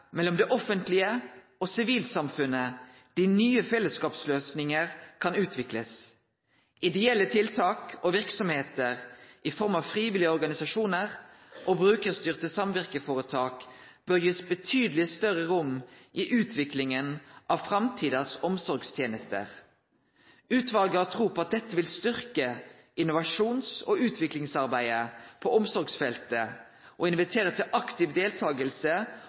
mellom det offentlige og sivilsamfunnet de nye fellesskapsløsningene kan utvikles. Ideelle tiltak og virksomheter i form av frivillige organisasjoner og brukerstyrte samvirkeforetak bør gis betydelig større rom i utviklingen av framtidas omsorgstjenester. Utvalget har tro på at dette vil styrke innovasjons- og utviklingsarbeidet på omsorgsfeltet og invitere til aktiv deltakelse